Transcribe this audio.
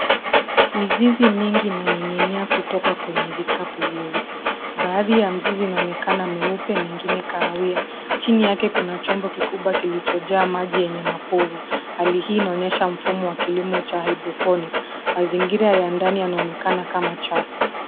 Mizizi mingi inaning'inia kutoka kwenye vikapu vyeusi. Baadhi ya mzizi inaonekana meupe mengine kahawia. Chini yake kuna chombo kikubwa kilichojaa maji yenye mapovu. Hali hii inaonyesha ukulima wa hydroponic . Mazingira ya ndani yanaonekana kama choo.